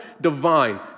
divine